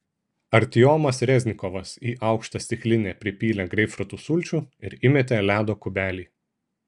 artiomas reznikovas į aukštą stiklinę pripylė greipfrutų sulčių ir įmetė ledo kubelį